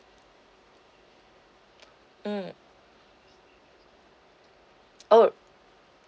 mm oh